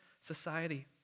society